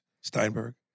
Steinberg